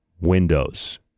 Windows